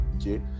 okay